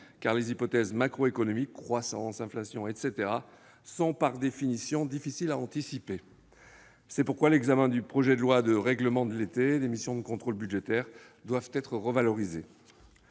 car les hypothèses macroéconomiques- croissance, inflation, etc. -sont, par définition, difficiles à anticiper. C'est pourquoi le projet de loi de règlement de l'été et les missions de contrôle budgétaires doivent être revalorisés.